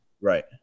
right